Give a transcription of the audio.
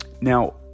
Now